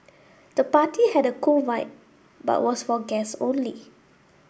the party had a cool vibe but was for guests only